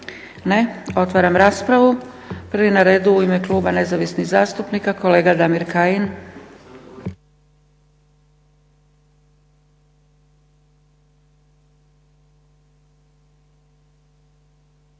Ne. Otvaram raspravu. Prvi na redu u ime Kluba nezavisnih zastupnika kolega Damir Kajin.